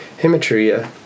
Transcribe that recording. hematuria